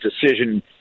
decision